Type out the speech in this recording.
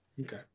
Okay